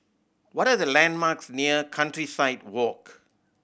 what are the landmarks near Countryside Walk